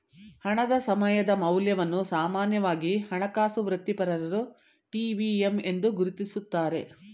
ಹಣದ ಸಮಯದ ಮೌಲ್ಯವನ್ನು ಸಾಮಾನ್ಯವಾಗಿ ಹಣಕಾಸು ವೃತ್ತಿಪರರು ಟಿ.ವಿ.ಎಮ್ ಎಂದು ಗುರುತಿಸುತ್ತಾರೆ